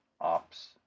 ops